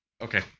Okay